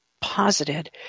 posited